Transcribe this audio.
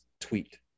tweet